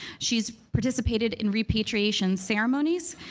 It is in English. she's participated in repatriation ceremonies,